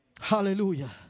Hallelujah